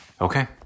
Okay